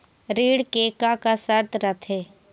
ऋण के का का शर्त रथे?